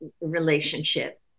relationship